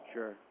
Sure